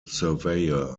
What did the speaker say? surveyor